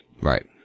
Right